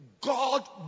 God